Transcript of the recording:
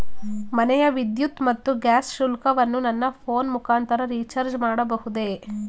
ಮನೆಯ ವಿದ್ಯುತ್ ಮತ್ತು ಗ್ಯಾಸ್ ಶುಲ್ಕವನ್ನು ನನ್ನ ಫೋನ್ ಮುಖಾಂತರ ರಿಚಾರ್ಜ್ ಮಾಡಬಹುದೇ?